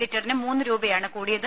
ലിറ്ററിന് മൂന്ന് രൂപയാണ് കൂടിയത്